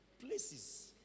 places